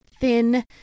thin